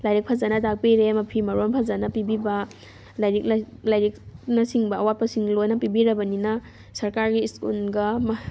ꯂꯥꯏꯔꯤꯛ ꯐꯖꯅ ꯇꯥꯛꯄꯤꯔꯦ ꯃꯐꯤ ꯃꯔꯣꯟ ꯐꯖꯅ ꯄꯤꯕꯤꯕ ꯂꯔꯤꯛ ꯂꯥꯏꯔꯤꯛꯅꯆꯤꯡꯕ ꯑꯋꯥꯠꯄꯁꯤꯡ ꯂꯣꯏꯅ ꯄꯤꯕꯤꯔꯕꯅꯤꯅ ꯁꯔꯀꯥꯔꯒꯤ ꯁ꯭ꯀꯨꯜꯒ